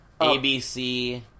abc